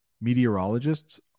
Meteorologists